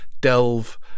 delve